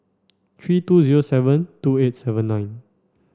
three two zero seven two eight seven nine